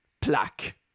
plaque